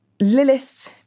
Lilith